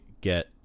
get